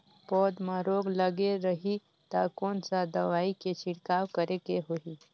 पौध मां रोग लगे रही ता कोन सा दवाई के छिड़काव करेके होही?